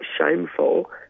shameful